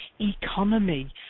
economy